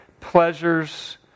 pleasures